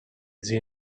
zia